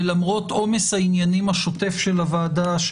ולמרות עומס העניינים השוטף של הוועדה,